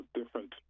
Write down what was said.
different